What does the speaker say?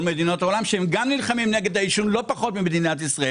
מדינות העולם שנלחמות בעישון לא פחות ממדינת ישראל?